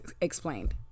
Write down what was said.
explained